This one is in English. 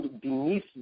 beneath